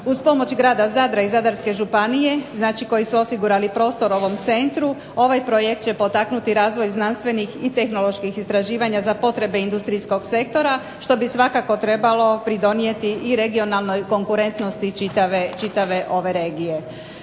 Uz pomoć grada Zadra i zadarske županije koji su osigurali prostor ovom centru, ovaj će projekt potaknuti razvoj znanstvenih i tehnoloških istraživanja za potrebe industrijskog sektora što bi svakako trebalo pridonijeti i regionalnoj konkurentnosti čitave regije.